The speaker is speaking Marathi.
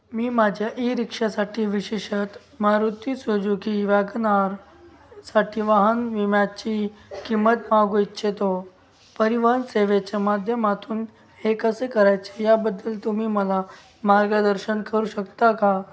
मी माझ्या ई रिक्षासाठी विशेषतः मारुती सुजुकी व्यागनआर साठी वाहन विम्याची किंमत मागू इच्छितो परिवहन सेवेच्या माध्यमातून हे कसे करायचे याबद्दल तुम्ही मला मार्गदर्शन करू शकता का